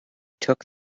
took